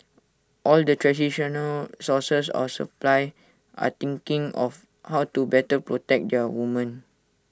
all the traditional sources of supply are thinking of how to better protect their women